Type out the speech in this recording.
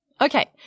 Okay